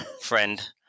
friend